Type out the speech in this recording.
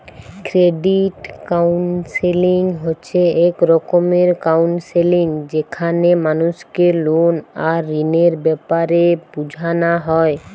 credit counselling হচ্ছে এক রকমের কাউন্সেলিং যেখানে মানুষকে লোন আর ঋণের বেপারে বুঝানা হয়